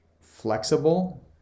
flexible